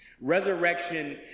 Resurrection